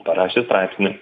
parašė straipsnį